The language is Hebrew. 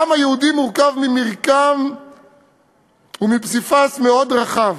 העם היהודי מורכב ממרקם ומפסיפס מאוד רחב: